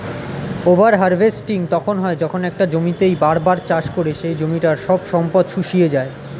over harvesting তখন হয় যখন একটা জমিতেই বার বার চাষ করে সেই জমিটার সব সম্পদ শুষিয়ে যায়